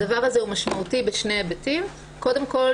הדבר הזה משמעותי בשני היבטים: קודם כול,